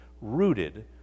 rooted